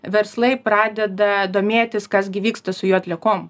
verslai pradeda domėtis kas gi vyksta su jų atliekom